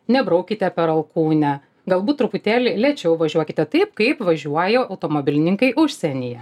nebraukite per alkūnę galbūt truputėlį lėčiau važiuokite taip kaip važiuoja automobilininkai užsienyje